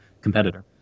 competitor